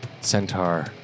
centaur